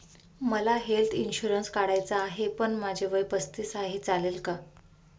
मला health insurance काढायचा आहे पण माझे वय पस्तीस आहे, चालेल का?